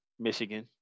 Michigan